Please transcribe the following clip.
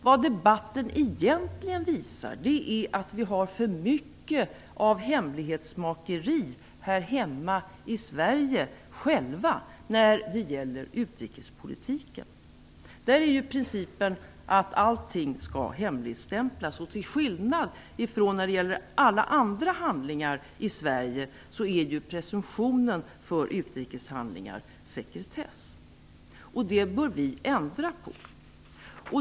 Vad debatten egentligen visar är att vi har för mycket hemlighetsmakeri här hemma i Sverige när det gäller utrikespolitiken. Principen är att allting skall hemligstämplas. Till skillnad från när det gäller alla andra handlingar i Sverige är presumtionen för utrikeshandlingar sekretess. Det bör vi ändra på.